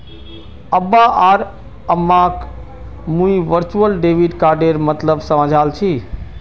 अब्बा आर अम्माक मुई वर्चुअल डेबिट कार्डेर मतलब समझाल छि